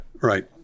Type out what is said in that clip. Right